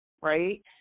right